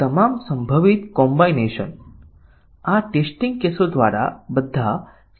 ચાલો એક સરળ વ્હાઇટ બોક્સ પરીક્ષણ જોઈએ જે કવરેજ આધારિત પરીક્ષણ જે નિવેદન કવરેજ છે આ સરળ પરીક્ષણ છે